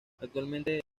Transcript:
actualmente